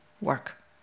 work